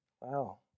Wow